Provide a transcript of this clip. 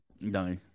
No